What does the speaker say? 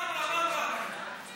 מה אמרה, מה אמרה הפרקליטות?